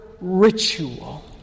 ritual